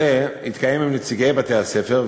התקיים עם נציגי בתי-הספר,